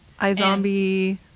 iZombie